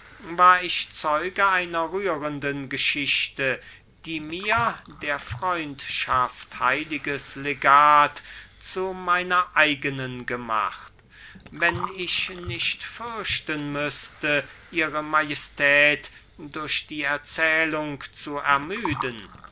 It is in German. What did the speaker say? war ich zeuge einer rührenden geschichte die mir der freundschaft heiliges legat zu meiner eigenen gemacht wenn ich nicht fürchten müßte ihre majestät durch die erzählung zu ermüden